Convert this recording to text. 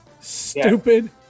Stupid